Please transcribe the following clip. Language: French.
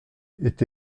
est